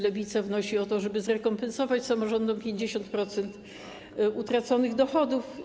Lewica wnosi o to, żeby zrekompensować samorządom 50% utraconych dochodów.